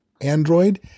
Android